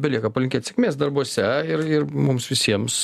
belieka palinkėt sėkmės darbuose ir ir mums visiems